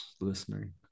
listening